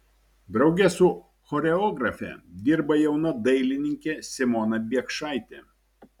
drauge su choreografe dirba jauna dailininkė simona biekšaitė